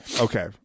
okay